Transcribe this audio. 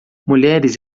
mulheres